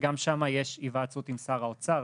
וגם שם יש היוועצות עם שר האוצר.